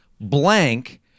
Blank